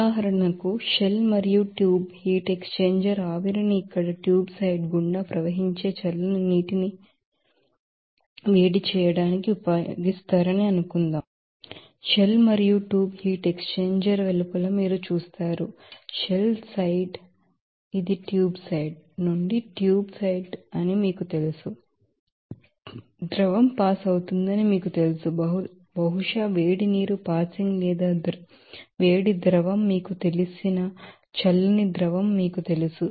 ఉదాహరణకు షెల్ మరియు tube heat exchanger ఆవిరిని ఇక్కడ ట్యూబ్ సైడ్ గుండా ప్రవహించే చల్లని నీటిని వేడి చేయడానికి ఉపయోగిస్తారని అనుకుందాం షెల్ మరియు ట్యూబ్ హీట్ ఎక్స్ఛేంజర్ వెలుపల మీరు చూస్తారు షెల్ సైడ్ ఇది ట్యూబ్ సైడ్ నుండి ట్యూబ్ సైడ్ అని మీకు తెలుసు ద్రవం పాస్ అవుతుందని మీకు తెలుసు బహుశా వేడి నీరు పాసింగ్ లేదా వేడి ద్రవం మీకు తెలిసిన చల్లని ద్రవం మీకు తెలుసు